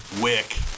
wick